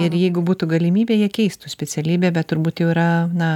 ir jeigu būtų galimybė jie keistų specialybę bet turbūt jau yra na